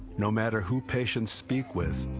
no matter who patients speak with,